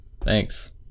Thanks